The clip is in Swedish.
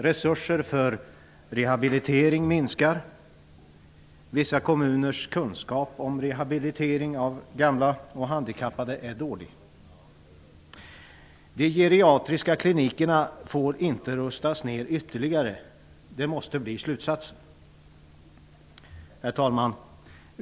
Resurser för rehabilitering minskar. Vissa kommuners kunskap om rehabilitering av gamla och handikappade är dålig. De geriatriska klinikerna får inte rustas ned ytterligare. Det måste bli slutsatsen. Herr talman!